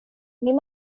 min